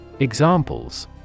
Examples